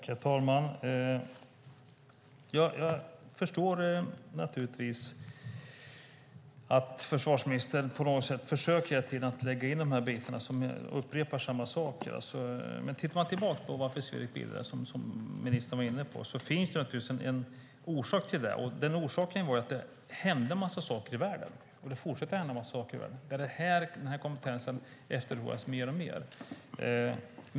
Herr talman! Jag förstår att försvarsministern försöker lägga in detta genom att upprepa samma sak. Om man tittar tillbaka på varför Swedec bildades finns det naturligtvis en orsak. Orsaken var att det hände en massa saker i världen, och det fortsätter att hända saker i världen där den här kompetensen efterfrågas mer och mer.